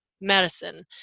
medicine